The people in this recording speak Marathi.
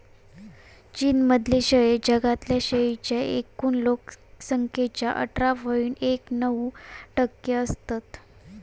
चीन मधले शेळे जगातल्या शेळींच्या एकूण लोक संख्येच्या अठरा पॉइंट एक नऊ टक्के असत